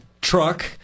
truck